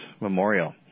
memorial